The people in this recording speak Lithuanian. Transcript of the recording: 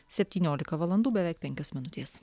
septyniolika valandų beveik penkios minutės